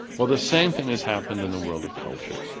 well the same thing has happened in the world of culture,